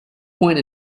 point